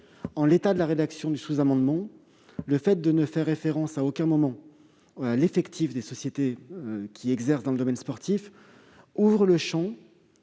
En l'état de la rédaction du sous-amendement, l'absence complète de référence à l'effectif des sociétés qui exercent dans le domaine sportif ouvre le champ